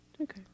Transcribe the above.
Okay